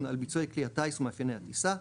על ביצועי כלי הטיס ומאפייני הטיסה,